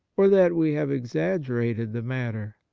or that we have exaggerated the matter.